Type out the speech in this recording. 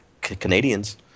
Canadians